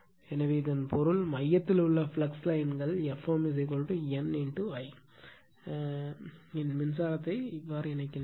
எனவே இதன் பொருள் மையத்தில் உள்ள ஃப்ளக்ஸ் லைன்கள் Fm N I இன் மின்சாரத்தை இணைக்கின்றன